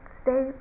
stay